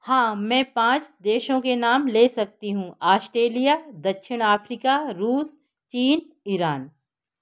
हाँ मैं पाँच देशों के नाम ले सकती हूँ ऑस्ट्रेलिया दक्षिण आफ्रिका रूस चीन ईरान